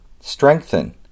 strengthen